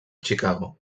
chicago